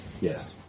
yes